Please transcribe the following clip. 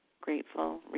grateful